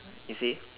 you see